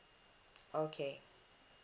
okay